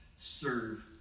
serve